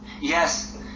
yes